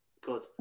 Good